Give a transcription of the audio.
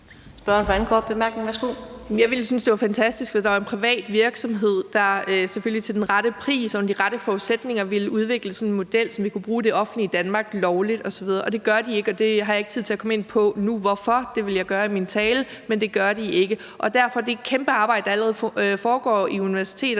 Lisbeth Bech-Nielsen (SF): Jeg ville synes, det var fantastisk, hvis der var en privat virksomhed, der, selvfølgelig til den rette pris og under de rette forudsætninger, ville udvikle sådan en model, som det offentlige Danmark vil kunne bruge lovligt osv., men det gør de ikke. Jeg har ikke tid til nu at komme ind på hvorfor; det vil jeg gøre i min tale, men det gør de ikke. Derfor vil jeg sige, at det kæmpe arbejde, der allerede foregår på universiteterne,